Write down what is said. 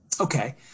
Okay